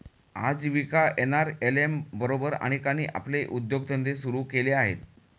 आजीविका एन.आर.एल.एम बरोबर अनेकांनी आपले उद्योगधंदे सुरू केले आहेत